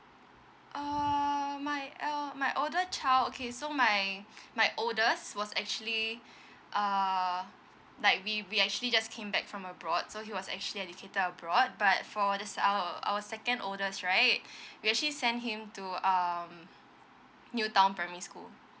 err my uh my older child okay so my my oldest was actually err like we we actually just came back from abroad so he was actually educated abroad but for this our our second oldest right we actually send him to um new town primary school